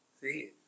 See